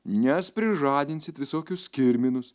nes prižadinsit visokius kirminus